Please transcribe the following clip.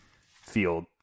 field